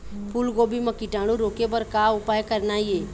फूलगोभी म कीटाणु रोके बर का उपाय करना ये?